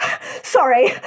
Sorry